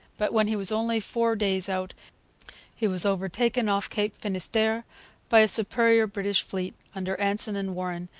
but when he was only four days out he was overtaken off cape finisterre by a superior british fleet, under anson and warren,